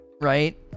right